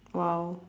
!wow!